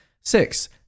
Six